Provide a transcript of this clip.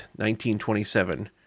1927